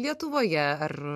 lietuvoje ar